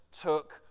took